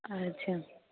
अच्छा